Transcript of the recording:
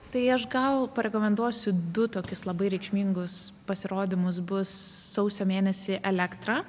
tai aš gal parekomenduosiu du tokius labai reikšmingus pasirodymus bus sausio mėnesį elektra